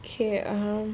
K